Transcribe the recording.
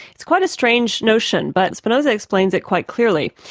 it's quite a strange notion, but spinoza explains it quite clearly.